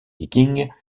vikings